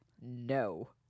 No